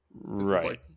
right